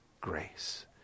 grace